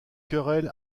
querelle